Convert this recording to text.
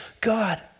God